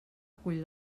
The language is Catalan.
cull